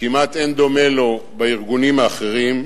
שכמעט אין דומה לו בארגונים האחרים,